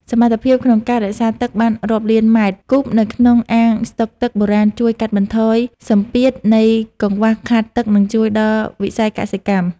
សមត្ថភាពក្នុងការរក្សាទឹកបានរាប់លានម៉ែត្រគូបនៅក្នុងអាងស្តុកទឹកបុរាណជួយកាត់បន្ថយសម្ពាធនៃកង្វះខាតទឹក និងជួយដល់វិស័យកសិកម្ម។